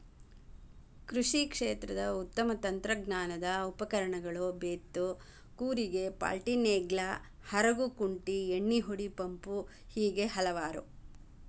ಕೃಷಿ ಕ್ಷೇತ್ರದ ಉತ್ತಮ ತಂತ್ರಜ್ಞಾನದ ಉಪಕರಣಗಳು ಬೇತ್ತು ಕೂರಿಗೆ ಪಾಲ್ಟಿನೇಗ್ಲಾ ಹರಗು ಕುಂಟಿ ಎಣ್ಣಿಹೊಡಿ ಪಂಪು ಹೇಗೆ ಹಲವಾರು